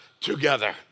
together